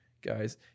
guys